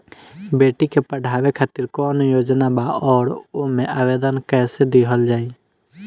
बेटी के पढ़ावें खातिर कौन योजना बा और ओ मे आवेदन कैसे दिहल जायी?